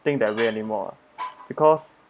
think that way anymore because